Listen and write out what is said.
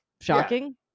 shocking